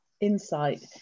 insight